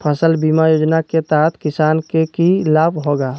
फसल बीमा योजना के तहत किसान के की लाभ होगा?